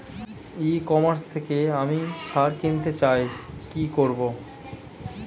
ই commerce থেকে আমি সার কিনতে চাই কি করব?